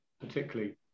particularly